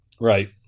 Right